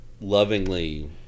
lovingly